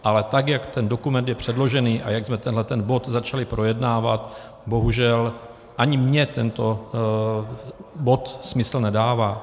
Ale tak jak je ten dokument předložený a jak jsme tenhle ten bod začali projednávat, bohužel ani mně tento bod smysl nedává.